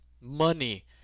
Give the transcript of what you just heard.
Money